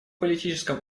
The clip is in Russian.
политическом